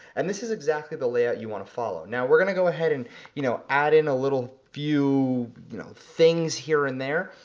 and this is exactly the layout you wanna follow. now we're gonna go ahead and you know add in a little few you know things here and there,